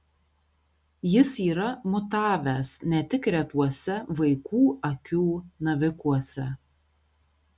jis yra mutavęs ne tik retuose vaikų akių navikuose